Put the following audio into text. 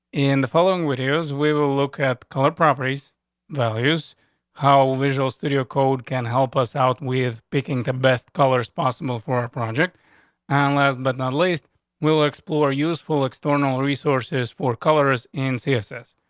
in the following whittier's we will look at color properties values how visual studio code can help us out with picking the best colors possible for a project and last but not least we'll explore. useful external resource is for colors in css.